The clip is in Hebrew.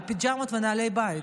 בפיג'מות ובנעלי בית.